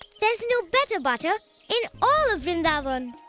there is no better butter in all of vrindavan!